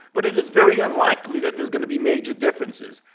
but it is very unlikely that there's going to be major differences.